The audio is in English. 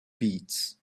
beats